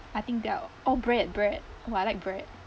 I think there are oh bread bread oh I like bread